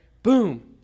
Boom